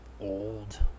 old